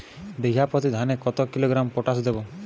বিঘাপ্রতি ধানে কত কিলোগ্রাম পটাশ দেবো?